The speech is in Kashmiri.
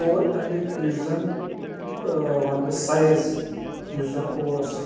اور اَمیُک یُس زَن وَنہٕ بہٕ سایِز یُس زَن اوس